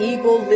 Evil